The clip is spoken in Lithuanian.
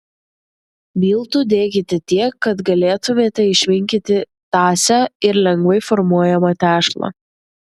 miltų dėkite tiek kad galėtumėte išminkyti tąsią ir lengvai formuojamą tešlą